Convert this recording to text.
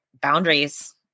boundaries